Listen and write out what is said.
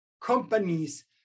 companies